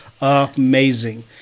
Amazing